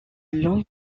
longues